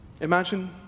Imagine